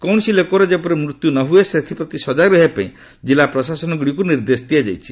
କୌଣସି ଲୋକର ଯେପରି ମୃତ୍ୟୁ ନ ହୁଏ ସେଥିପ୍ରତି ସଜାଗ ରହିବା ପାଇଁ ଜିଲ୍ଲା ପ୍ରଶାସନଗୁଡ଼ିକୁ ନିର୍ଦ୍ଦେଶ ଦିଆଯାଇଛି